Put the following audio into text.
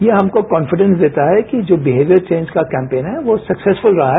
यह हमको कांफिडँस देता है कि जो बिहेव्यिर चेंज का कैम्पेन है वो सक्ससफुल रहा है